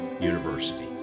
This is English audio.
University